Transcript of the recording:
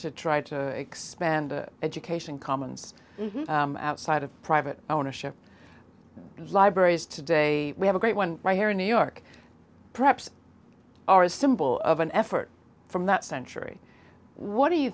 to try to expand education commons outside of private ownership libraries today we have a great one right here in new york perhaps are a symbol of an effort from that century what do you